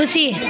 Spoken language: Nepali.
खुसी